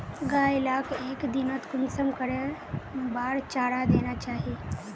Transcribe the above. गाय लाक एक दिनोत कुंसम करे बार चारा देना चही?